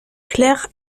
clerc